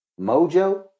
Mojo